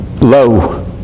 low